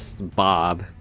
Bob